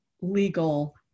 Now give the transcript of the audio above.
legal